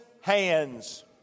hands